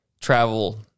travel